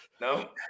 No